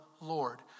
Lord